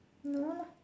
no lah